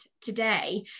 today